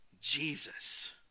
Jesus